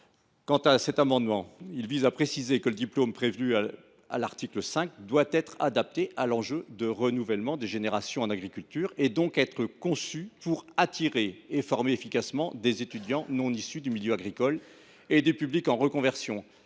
Quant à cet amendement, il vise à préciser que le diplôme prévu à l’article 5 doit être adapté à l’enjeu de renouvellement des générations en agriculture, et donc être conçu pour attirer et former efficacement des étudiants qui ne sont pas issus du milieu agricole et des publics en reconversion.